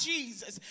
Jesus